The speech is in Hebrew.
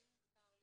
אם מותר לי,